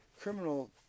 criminal